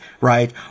right